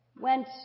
went